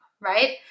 right